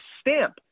stamp